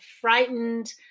frightened